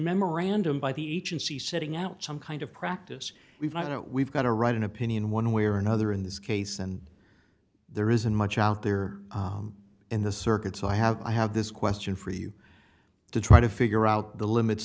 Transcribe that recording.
memorandum by the each and see sitting out some kind of practice we know we've got to write an opinion one way or another in this case and there isn't much out there in the circuit so i have i have this question for you to try to figure out the limits